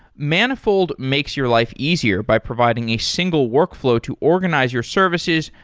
manifold makes your life easier by providing a single workflow to organize your services,